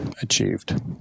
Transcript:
achieved